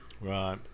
Right